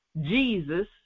Jesus